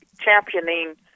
championing